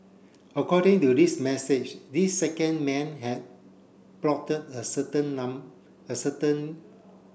according to this message this second man had the certain the certain